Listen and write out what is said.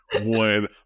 one